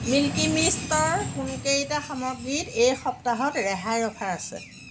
milky মিষ্টৰ কোনকেইটা সামগ্ৰীত এই সপ্তাহত ৰেহাইৰ অফাৰ আছে